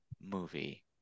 movie